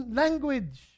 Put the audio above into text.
language